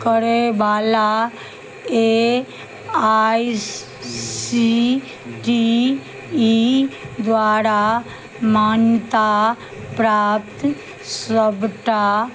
करयवला A I C T E द्वारा मान्यता प्राप्त सबटा